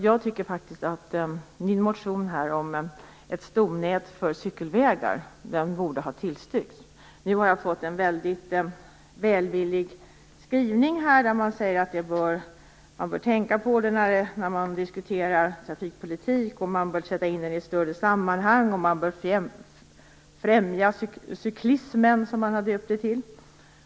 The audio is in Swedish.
Jag tycker faktiskt att min motion om ett stomnät för cykelvägar borde ha tillstyrkts. Jag har fått en mycket välvillig skrivning, där det framhålls att man bör tänka på detta när man diskuterar trafikpolitik, att motionen bör sättas in i ett större sammanhang och att vi bör främja "cyklismen", som cyklandet har döpts till.